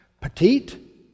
Petite